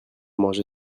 mangé